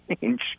change